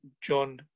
john